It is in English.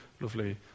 lovely